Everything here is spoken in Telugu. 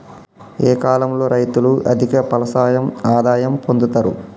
ఏ కాలం లో రైతులు అధిక ఫలసాయం ఆదాయం పొందుతరు?